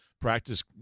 practice